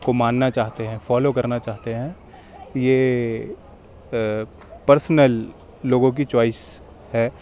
کو ماننا چاہتے ہیں فالو کرنا چاہتے ہیں یہ پرسنل لوگوں کی چوائس ہے